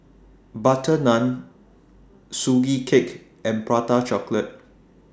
Butter Naan Sugee Cake and Prata Chocolate